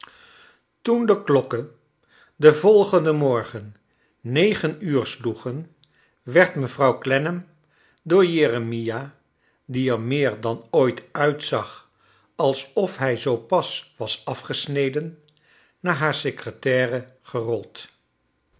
toen de klokken den volgenden j morgen negen uur slbegen werd me i vrouw clennam door jeremia die er meer dan ooit uitzag alsof hij zoo pas was afgesneden naar haar secretaire gerold